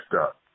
up